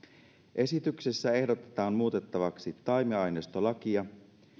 esityksessä ehdotetaan muutettavaksi taimiaineistolakia